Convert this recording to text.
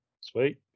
Sweet